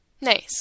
Nice